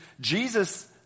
Jesus